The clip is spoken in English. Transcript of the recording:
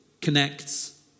connects